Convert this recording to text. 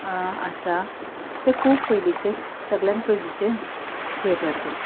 तें खूब पयलींचें सगल्यांन पयलींचें थेटर तें